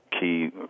key